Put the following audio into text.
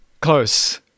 Close